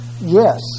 yes